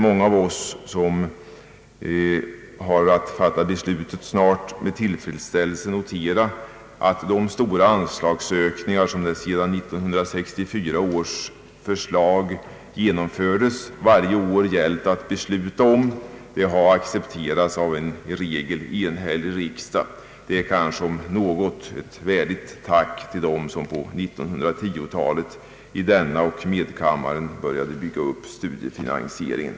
Många av oss som snart har att fatta beslutet kan med tillfredsställelse notera att de stora anslagsökningar, som det sedan 1964 års förslag genomfördes varje år gällt att besluta om, har accepterats av en i regel enhällig riksdag. Det är om något ett värdigt tack till dem som på 1910-talet i denna och i medkammaren började bygga upp studiefinansieringen.